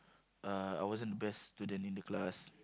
uh I wasn't the best student in the class